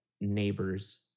neighbors